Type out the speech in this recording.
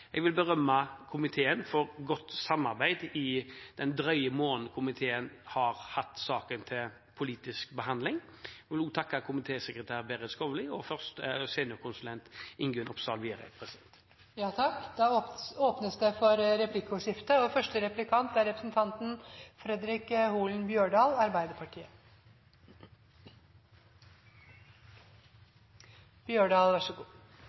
Jeg vil berømme komiteen for et godt samarbeid i den drøye måneden komiteen har hatt saken til politisk behandling, og jeg vil takke komitésekretær Berit Skovly og seniorkonsulent Ingunn Opsahl Viereid. Det blir replikkordskifte. Den statlege ordninga med varig tilrettelagt arbeid er til for